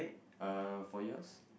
uh for yours